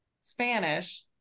spanish